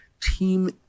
team